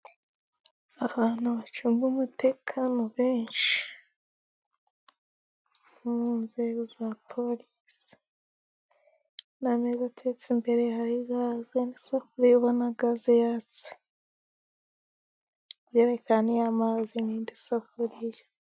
Abantu bacunga umutekano benshi, bari mu nzego za polisi, umwe aratetse imbere hariho na gaze, yerekana amazi n'isafuriya.